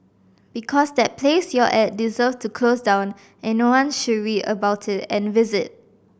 because that place you're at deserves to close down as no one should read about it and visit